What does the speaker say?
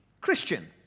Christian